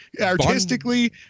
artistically